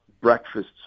breakfasts